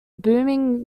booming